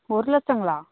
ஒரு லட்சங்களா